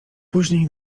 później